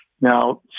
Now